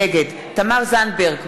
נגד תמר זנדברג,